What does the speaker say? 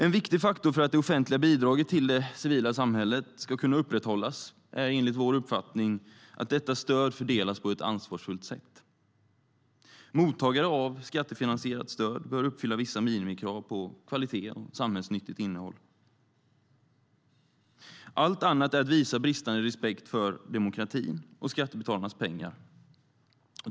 En viktig faktor för att det offentliga bidraget till det civila samhället ska kunna upprätthållas är enligt vår uppfattning att detta stöd fördelas på ett ansvarsfullt sätt. Mottagare av skattefinansierat stöd bör uppfylla vissa minimikrav på kvalitet och samhällsnyttigt innehåll. Allt annat är att visa bristande respekt för demokratin och skattebetalarnas pengar.